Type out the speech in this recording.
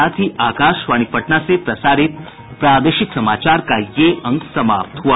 इसके साथ ही आकाशवाणी पटना से प्रसारित प्रादेशिक समाचार का ये अंक समाप्त हुआ